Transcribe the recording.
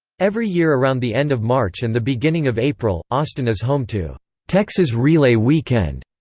every year around the end of march and the beginning of april, austin is home to texas relay weekend.